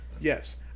Yes